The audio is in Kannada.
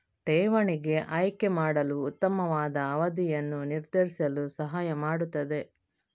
ಠೇವಣಿಗೆ ಆಯ್ಕೆ ಮಾಡಲು ಉತ್ತಮವಾದ ಅವಧಿಯನ್ನು ನಿರ್ಧರಿಸಲು ಸಹಾಯ ಮಾಡುತ್ತದೆ